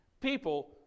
people